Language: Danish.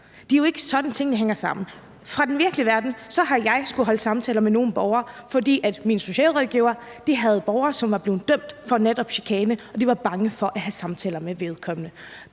Det er jo ikke sådan, tingene hænger sammen. I den virkelige verden har jeg skullet holde samtaler med nogle borgere, fordi en socialrådgiver havde borgere, som var blevet dømt for netop chikane og var bange for at have samtaler med vedkommende.